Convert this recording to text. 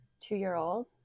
two-year-old